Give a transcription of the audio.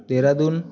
Dehradun